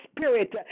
spirit